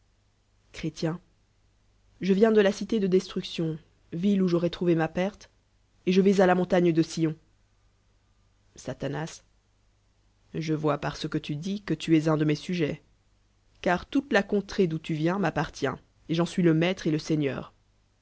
je viens de la cité de destrdetioo ville où j'aurois tron vé ma perte et je vais il la montagne de sion sulanas je vois par ce que tu dis que tu es un de me sujets car toute la cootrée d'où ta vieol m'appartient et j'en suis le maître et le lieigneur